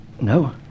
No